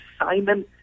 Simon